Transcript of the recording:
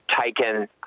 taken